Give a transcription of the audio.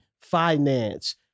finance